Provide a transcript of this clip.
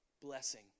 blessing